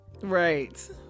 Right